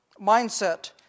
mindset